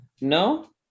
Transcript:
No